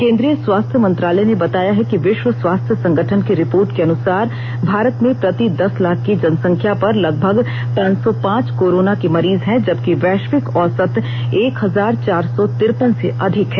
केन्द्रीय स्वास्थ्य मंत्रालय ने बताया है कि विश्व स्वास्थ्य संगठन की रिपोर्ट के अनुसार भारत में प्रति दस लाख की जनसंख्या पर लगभग पांच सौ पांच कोरोना के मरीज हैं जबकि वैश्विक औंसत एक हजार चार सौ तिरपन से अधिक है